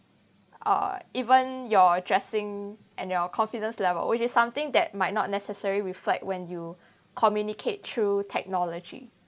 or even your dressing and your confidence level which is something that might not necessarily reflect when you communicate through technology